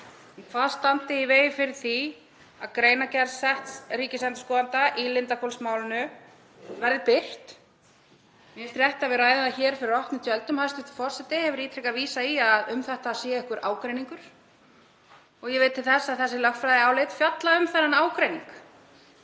hvað standi í vegi fyrir því að greinargerð setts ríkisendurskoðanda í Lindarhvolsmálinu verði birt. Mér finnst rétt að við ræðum það hér fyrir opnum tjöldum. Hæstv. forseti hefur ítrekað vísað í að um þetta sé einhver ágreiningur. Ég veit til þess að þessi lögfræðiálit fjalla um þennan ágreining.